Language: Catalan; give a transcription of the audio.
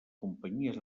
companyies